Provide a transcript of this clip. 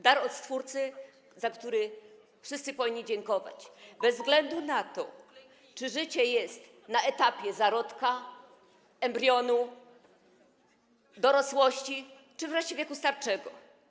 Dar od Stwórcy, za który wszyscy powinni dziękować, bez względu na to, czy życie jest na etapie zarodka, embrionu, dorosłości czy wreszcie wieku starczego.